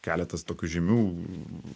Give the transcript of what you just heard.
keletas tokių žymių